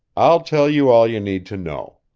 i'll tell you all you need to know.